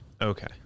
Okay